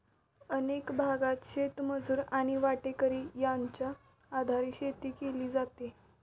अनेक भागांत शेतमजूर आणि वाटेकरी यांच्या आधारे शेती केली जाते